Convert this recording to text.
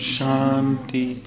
Shanti